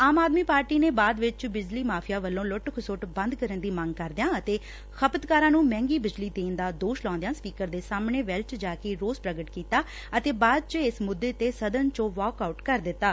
ਆਮ ਆਦਮੀ ਪਾਰਟੀ ਨੇ ਬਾਅਦ ਵਿਚ ਬਿਜਲੀ ਮਾਫੀਆ ਵੱਲੋਂ ਲੁੱਟ ਖੁਸੱਟ ਬੰਦ ਕਰਨ ਦੀ ਮੰਗ ਕਰਦਿਆ ਅਤੇ ਖਪਤਕਾਰਾਂ ਨੂੰ ਮਹਿੰਗੀ ਬਿਜਲੀ ਦੇਣ ਦਾ ਦੋਸ਼ ਲਾਉਂਦਿਆਂ ਸਪੀਕਰ ਦੇ ਸਾਹਮਣੇ ਵੱਲ ਜਾ ਕੇ ਰੋਸ ਪੁਗਟ ਕੀਤਾ ਅਤੇ ਬਾਅਦ ਚ ਇਸ ਮੁੱਦੇ ਤੇ ਸਦਨ ਚੋ ਵਾਕ ਆਉਟ ਕਰ ਦਿਡਾ